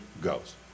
goes